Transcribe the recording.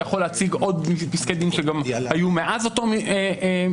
אני יכול להציג עוד פסקי דין שהיו מאז אותו מכתב.